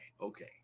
Okay